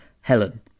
Helen